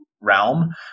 realm